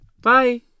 Bye